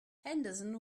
henderson